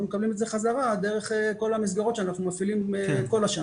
מקבלים את זה חזרה דרך כל המסגרות שאנחנו מפעילים כל השנה.